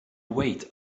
wait